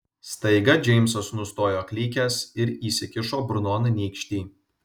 staiga džeimsas nustojo klykęs ir įsikišo burnon nykštį